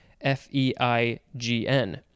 F-E-I-G-N